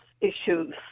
issues